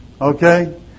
Okay